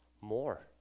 more